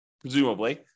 presumably